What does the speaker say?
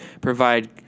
provide